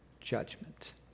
judgment